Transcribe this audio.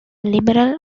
liberal